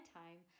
time